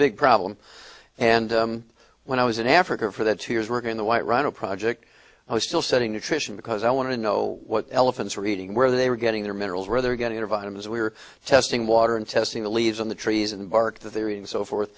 big problem and when i was in africa for the two years working in the white rhino project i was still studying nutrition because i want to know what elephants were eating where they were getting their minerals whether get it or vitamins we were testing water and testing the leaves on the trees and bark the theory and so forth